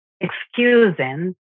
excusing